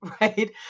Right